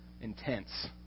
intense